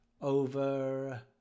over